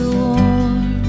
warm